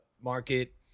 market